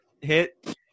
hit